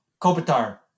Kopitar